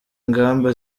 ingamba